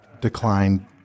declined